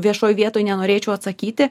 viešoj vietoj nenorėčiau atsakyti